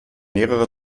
mehrere